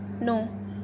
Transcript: No